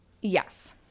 Yes